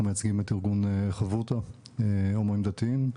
מייצגים את ארגון חברותא הומואים דתיים,